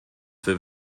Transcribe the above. für